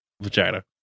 vagina